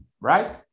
right